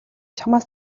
чамаас